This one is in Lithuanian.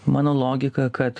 mano logika kad